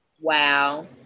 Wow